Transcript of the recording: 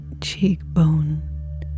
cheekbone